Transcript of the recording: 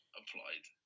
applied